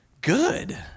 good